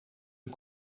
een